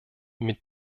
mit